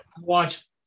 Watch